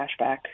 cashback